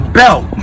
belt